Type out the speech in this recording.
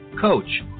coach